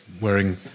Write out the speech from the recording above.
wearing